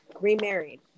remarried